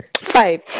Five